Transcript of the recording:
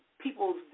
people's